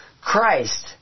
Christ